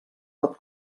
pot